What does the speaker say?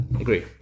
Agree